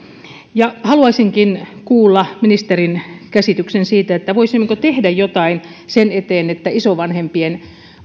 haluaisinkin kuulla ministerin käsityksen siitä voisimmeko tehdä jotain sen eteen että isovanhempien